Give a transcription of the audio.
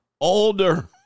older